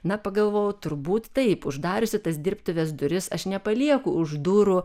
na pagalvojau turbūt taip uždariusi tas dirbtuvės duris aš nepalieku už durų